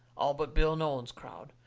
all but bill nolan's crowd,